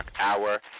hour